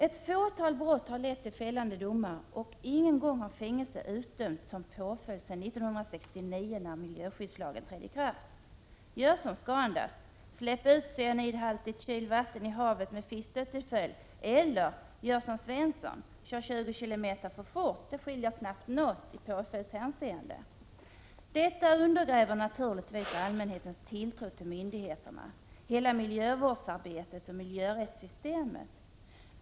Ett fåtal brott har lett till fällande domar, och ingen gång har fängelse utdömts som påföljd sedan 1969, då miljöskyddslagen trädde i kraft. Gör som ScanDust: Släpp ut cyanidhaltigt kylvatten i havet, med fiskdöd till följd — eller gör som Svensson: Kör 20 km för fort! Det skiljer knappast något i påföljdshänseende. Detta undergräver naturligtvis allmänhetens tilltro till myndigheter, till miljövårdsarbetet och miljörättssystemet.